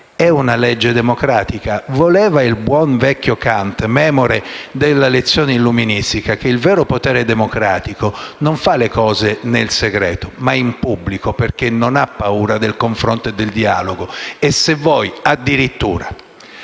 è una legge democratica? Il buon vecchio Kant, memore della lezione illuministica, diceva che il vero potere democratico fa le cose non nel segreto, ma in pubblico, perché non ha paura del confronto e del dialogo. Se voi ponete la